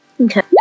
Okay